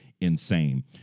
insane